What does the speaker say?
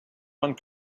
one